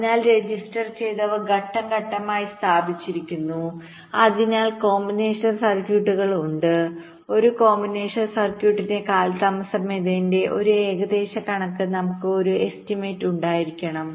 അതിനാൽ രജിസ്റ്റർ ചെയ്തവർ ഘട്ടം ഘട്ടമായി സ്ഥാപിച്ചിരിക്കുന്നു അതിനിടയിൽ കോമ്പിനേഷണൽ സർക്യൂട്ടുകൾ ഉണ്ട് ഒരു കോമ്പിനേഷണൽ സർക്യൂട്ടിന്റെ കാലതാമസം എന്നതിന്റെ ഒരു ഏകദേശ കണക്ക് നമുക്ക് ഒരു നല്ല എസ്റ്റിമേറ്റ് ഉണ്ടായിരിക്കണം